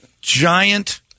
giant